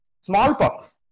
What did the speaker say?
Smallpox